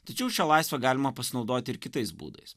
tačiau šią laisvę galima pasinaudoti ir kitais būdais